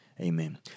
Amen